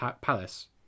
Palace